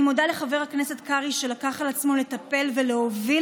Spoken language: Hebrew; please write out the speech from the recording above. אני מודה לחבר הכנסת קרעי שלקח על עצמו לטפל ולהוביל